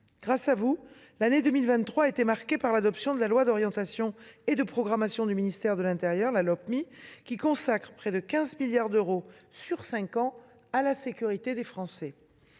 Grâce à vous, l’année 2023 a été marquée par l’adoption de la loi d’orientation et de programmation du ministère de l’intérieur, qui consacre près de 15 milliards d’euros sur cinq ans à la sécurité des Français.